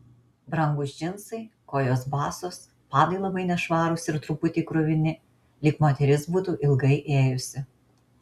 brangūs džinsai kojos basos padai labai nešvarūs ir truputį kruvini lyg moteris būtų ilgai ėjusi